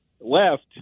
left